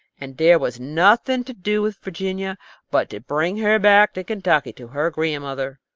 and there was nothing to do with virginia but to bring her back to kentucky to her grandmother.